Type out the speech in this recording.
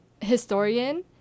historian